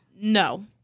No